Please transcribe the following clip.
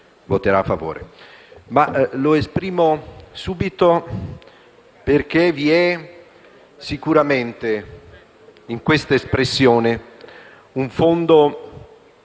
voterà a favore